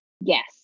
Yes